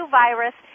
virus